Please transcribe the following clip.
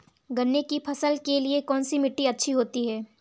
गन्ने की फसल के लिए कौनसी मिट्टी अच्छी होती है?